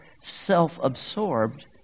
self-absorbed